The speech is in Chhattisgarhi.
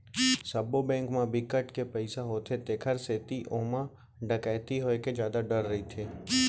सबो बेंक म बिकट के पइसा होथे तेखर सेती ओमा डकैती होए के जादा डर रहिथे